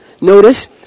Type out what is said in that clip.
Notice